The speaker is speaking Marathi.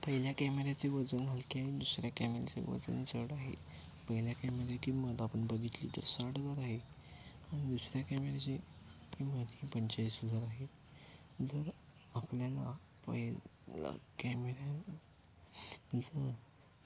पहिल्या कॅमेऱ्याचे वजन हलके आहे दुसऱ्या कॅमेराचे वजन जड आहे पहिल्या कॅमेऱ्याची किंमत आपण बघितली तर साठ हजार आहे आणि दुसऱ्या कॅमेऱ्याची किंमत ही पंचेचाळीस हजार आहे जर आपल्याला पहिल्या कॅमेऱ्या जर